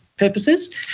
purposes